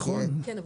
נכון.